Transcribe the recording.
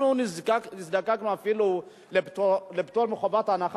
אנחנו נזקקנו אפילו לפטור מחובת הנחה